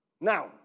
Now